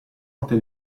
morte